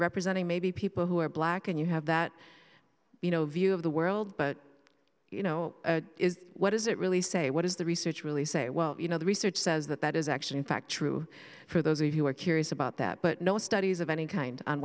representing maybe people who are black and you have that you know view of the world but you know what does it really say what does the research really say well you know the research says that that is actually in fact true for those who are curious about that but no studies of any kind on